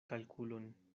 kalkulon